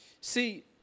See